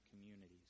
communities